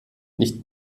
nicht